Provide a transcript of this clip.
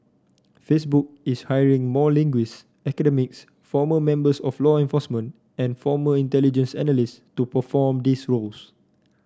Facebook is hiring more linguist former members of law enforcement and former intelligence analyst to perform these roles